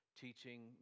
teaching